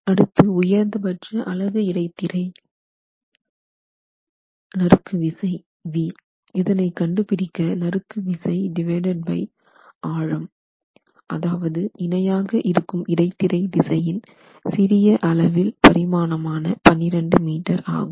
அடுத்து உயர்ந்த பட்ச அலகு இடைத்திரை நறுக்கு விசை V இதனை கண்டுபிடிக்க நறுக்கு விசை ஆழம் அதாவது இணையாக இருக்கும் இடைத்திரை திசையின் சிறிய அளவில் பரிமாணமான 12 மீட்டர் ஆகும்